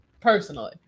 personally